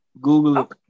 Google